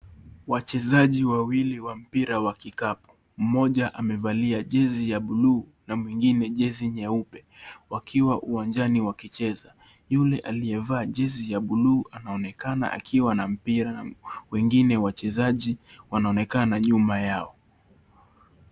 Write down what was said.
Wachezaji wawili wa mpira wa kikapu. Mmoja amevalia jesi ya bluu na mwingine jesi nyeupe wakiwa uwanjani wakicheza. Yule aliyevaa jesi ya bluu anaonekana akiwa na mpira. Wengine wachezaji wanaonekana nyuma yao.